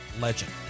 Legend